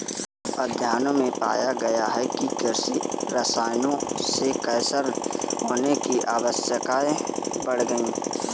अध्ययनों में पाया गया है कि कृषि रसायनों से कैंसर होने की आशंकाएं बढ़ गई